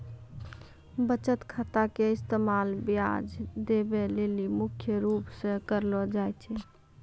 बचत खाता के इस्तेमाल ब्याज देवै लेली मुख्य रूप से करलो जाय छै